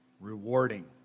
Rewarding